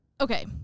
Okay